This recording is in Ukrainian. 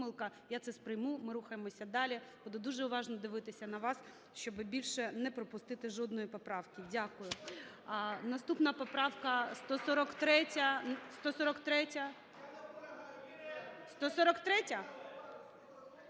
я це сприйму. Ми рухаємося далі, буду буде уважно дивитися на вас, щоби більше не пропустити жодної поправки. Дякую. Наступна поправка - 143.